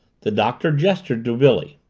the doctor gestured to billy.